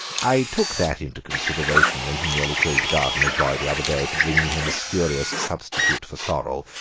i took that into consideration when he nearly killed the gardener's boy the other day for bringing him a spurious substitute for sorrel.